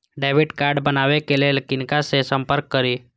Debit card बनावे के लिए किनका से संपर्क करी?